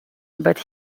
but